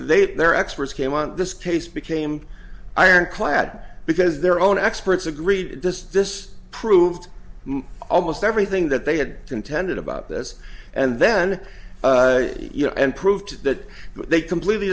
had their experts came on this case became ironclad because their own experts agreed to this this proved almost everything that they had contended about this and then you know and proved that they completely